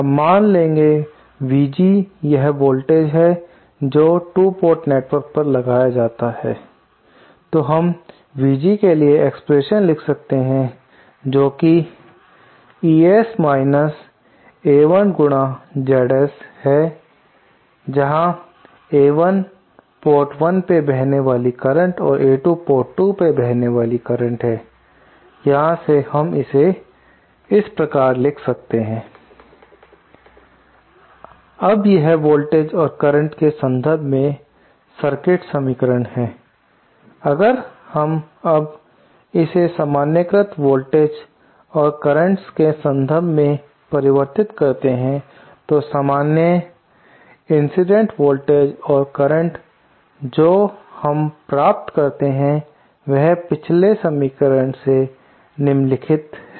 अब मान लेगी VG वह वोल्टेज है जो 2 पोर्ट नेटवर्क पर लगाया जाता है तो हम VG के लिए एक्सप्रेशन लिख सकते हैं जोकि ES I1 गुना ZS है जहां I1 पोर्ट 1 में बहने वाली करंट और I2 पोर्ट 2 में बहने वाली करंट यहां से हम इसे इस प्रकार लिख सकते हैं अब यह वोल्टेज और कर्रेंटस के संदर्भ में सर्किट समीकरण है अगर हम अब इसे सामान्य कृत वोल्टेज और कर्रेंटस के संदर्भ में परिवर्तित करते हैं तो सामान्य इंसिडेंट वोल्टेज और कर्रेंटस जो हम प्राप्त करते हैं वह पिछले समीकरण से निम्नलिखित है